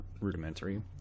rudimentary